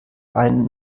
ein